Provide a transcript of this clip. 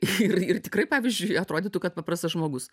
ir ir tikrai pavyzdžiui atrodytų kad paprastas žmogus